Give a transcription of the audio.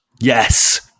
yes